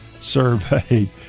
survey